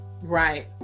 Right